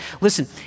Listen